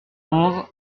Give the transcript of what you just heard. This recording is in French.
onze